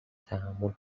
تحمل